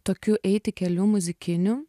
tokiu eiti keliu muzikiniu